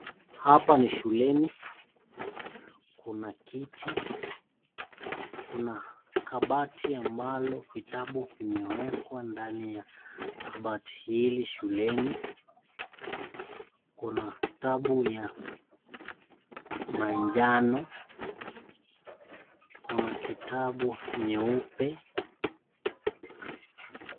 Hapa ni shuleni kuna kiti kuna kabati ambalo vitabu vimewekwa ndani ya kabati hili shuleni. Kuna kitabu ya manjano kuna kitabu nyeupe.